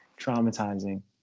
traumatizing